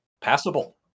passable